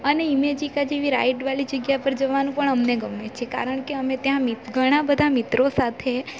અને ઇમેજીકા જેવી રાઈડવાળી જગ્યા પર જવાનું પણ અમને ગમે છે કારણ કે અમે ત્યાં ઘણા બધા મિત્રો સાથે